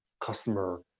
customer